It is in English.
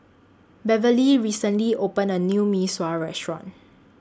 Beverly recently opened A New Mee Sua Restaurant